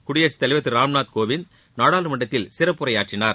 குடியரசுத் தலைவர் திரு ராம்நாத் கோவிந்த் நாடாளுமன்றத்தில் சிறப்புரையாற்றினார்